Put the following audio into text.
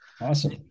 Awesome